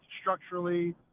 structurally